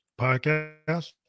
podcast